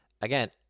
again